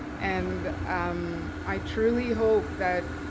and um i truly hope that